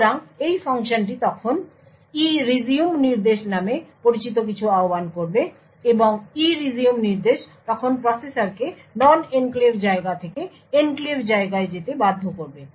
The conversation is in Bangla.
সুতরাং এই ফাংশনটি তখন ERESUME নির্দেশ নামে পরিচিত কিছু আহ্বান করবে এবং ERESUME নির্দেশ তখন প্রসেসরকে নন এনক্লেভ জায়গা থেকে এনক্লেভ জায়গায় যেতে বাধ্য করবে